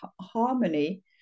harmony